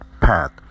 path